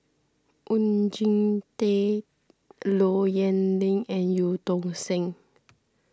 Oon Jin Teik Low Yen Ling and Eu Tong Sen